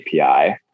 API